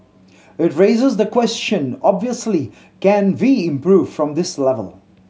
it raises the question obviously can we improve from this level